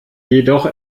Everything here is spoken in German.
jedoch